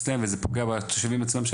וזה פוגע בתושבים עצמם.